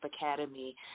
Academy